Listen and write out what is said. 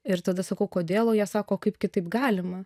ir tada sakau kodėl jie sako o kaip kitaip galima